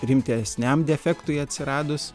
rimtesniam defektui atsiradus